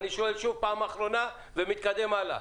אני שואל פעם אחרונה ומתקדם הלאה.